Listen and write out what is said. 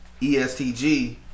ESTG